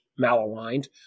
malaligned